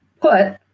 put